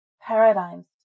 paradigms